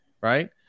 right